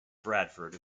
bradford